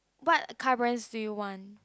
what car brands do you want